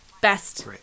best